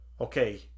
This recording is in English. okay